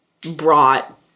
brought